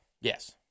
Yes